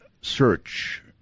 search